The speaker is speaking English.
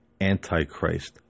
Antichrist